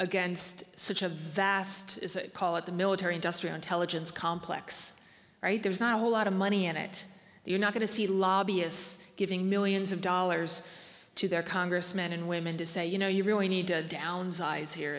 against such a vast call it the military industrial intelligence complex right there's not a whole lot of money in it you're not going to see lobbyists giving millions of dollars to their congressmen and women to say you know you really need to downsize here